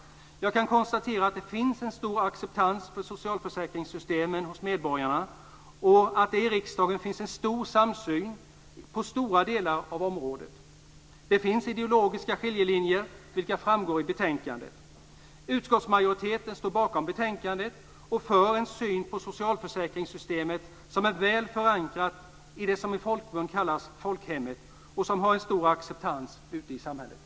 Jag kan konstatera att det finns en stor acceptans för socialförsäkringssystemen hos medborgarna och att det i riksdagen finns en stor samsyn på stora delar av området. Det finns ideologiska skiljelinjer, vilka framgår i betänkandet. Utskottsmajoriteten står bakom betänkandet och för en syn på socialförsäkringssystemet som är väl förankrad i det som i folkmun kalls folkhemmet och som har en stor acceptans ute i samhället.